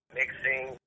mixing